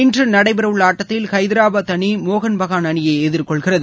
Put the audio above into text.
இன்று நடைபெறவுள்ள ஆட்டத்தில் ஹைதராபாத் அணி மோகன்பஹான் அணியை எதிர்கொள்கிறது